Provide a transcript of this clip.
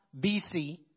BC